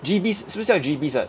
GEBIZ 是不是叫 GEBIZ 的